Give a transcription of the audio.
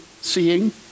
seeing